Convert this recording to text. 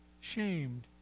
shamed